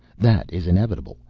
that is inevitable,